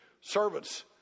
Servants